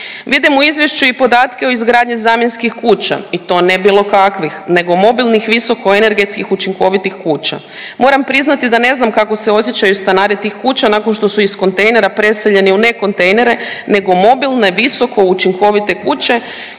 Vidim u izvješću i podatke o izgradnji zamjenskih kuća i to ne bilo kakvih nego mobilnih, visoko energetskih, učinkovitih kuća. Moram priznati da ne znam kako se osjećaju stanari tih kuća nakon što su iz kontejnera preseljeni u nekontejnere nego mobilne visoko učinkovite kuće